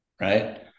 right